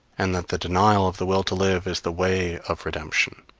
and that the denial of the will to live is the way of redemption.